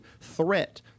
threat